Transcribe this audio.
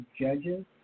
Judges